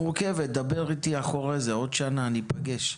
דבר איתי אחרי זה, עוד שנה ניפגש.